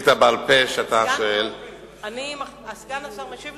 9,236 כיתות עד לשנת 2012. לפי החלטת הממשלה ממרס 2007,